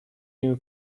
you